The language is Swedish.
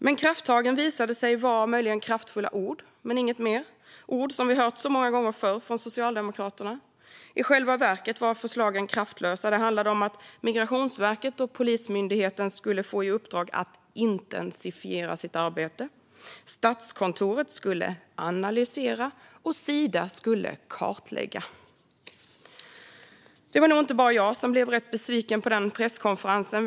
Men krafttagen visade sig vara möjligen kraftfulla ord men inget mer - ord som vi hört så många gånger förr från Socialdemokraterna. I själva verket var förslagen kraftlösa. Det handlade om att Migrationsverket och Polismyndigheten skulle få i uppdrag att intensifiera sitt arbete, att Statskontoret skulle analysera och att Sida skulle kartlägga. Det var nog inte bara jag som blev rätt besviken på den presskonferensen.